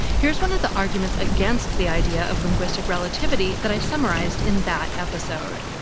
here's one of the arguments against the idea of linguistic relativity that i summarized in that episode.